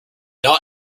not